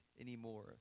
anymore